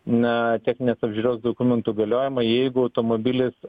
na techninės apžiūros dokumentų galiojimą jeigu automobilis